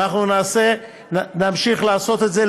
ואנחנו נמשיך לעשות את זה.